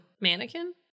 mannequin